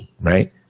right